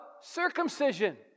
circumcision